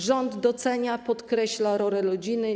Rząd docenia, podkreśla rolę rodziny.